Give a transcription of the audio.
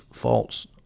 false